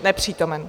Nepřítomen.